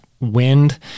wind